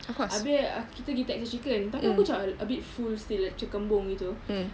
abeh uh kita pergi Texas Chicken tapi aku macam a bit full still macam kembung gitu